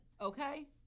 Okay